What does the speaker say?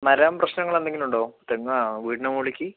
മരം പ്രശ്നങ്ങളെന്തെലുമുണ്ടോ തെങ്ങോ വീടിൻ്റെ മുകളിലേക്ക്